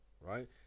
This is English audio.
right